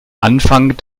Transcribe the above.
anfang